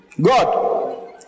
God